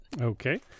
Okay